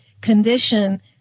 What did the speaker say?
condition